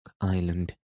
Island